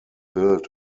built